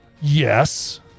Yes